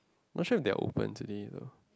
not sure if they are open today though